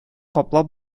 каплап